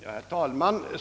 Herr talman!